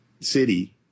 city